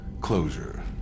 closure